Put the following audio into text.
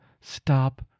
stop